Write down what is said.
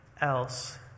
else